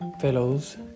fellows